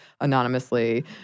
anonymously